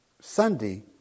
Sunday